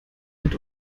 mit